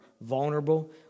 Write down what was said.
vulnerable